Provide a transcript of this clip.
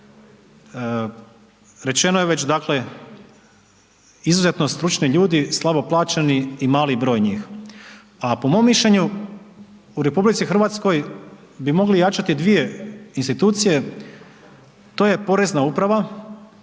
Rečeno je već dakle izuzetno stručni ljudi, slabo plaćeni i mali broj njih, a po mom mišljenju u RH bi mogli jačati dvije institucije, to je Porezna uprava